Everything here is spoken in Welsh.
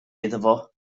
iddo